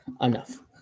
enough